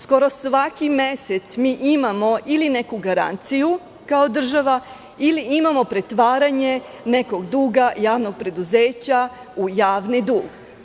Skoro svaki mesec mi imamo ili neku garanciju kao država ili imamo pretvaranje nekog duga javnog preduzeća u javni dug.